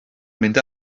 mynd